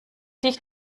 dich